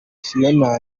fiona